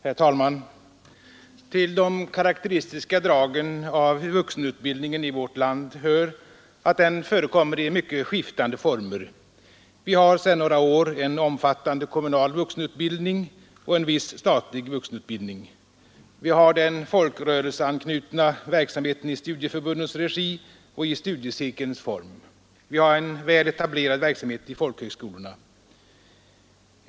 Herr talman! Till de karakteristiska dragen i vuxenutbildningen i vårt land hör att den förekommer i mycket skiftande former. Vi har sedan några år en omfattande kommunal vuxenutbildning och en viss statlig vuxenutbildning. Vi har den folkrörelseanknutna verksamheten i studieförbundens regi och i studiecirkelns form. Vi har en väl etablerad verksamhet i folkhögskolorna.